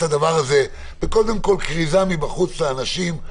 הדבר הזה קודם כול בכריזה מבחוץ לאנשים?